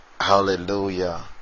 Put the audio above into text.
Hallelujah